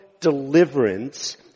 deliverance